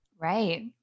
Right